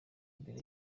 imbere